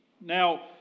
Now